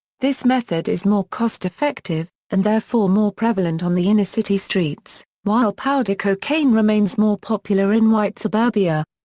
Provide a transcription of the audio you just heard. this method is more cost effective, and therefore more prevalent on the inner-city streets, while powder cocaine remains more popular in white suburbia.